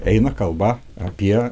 eina kalba apie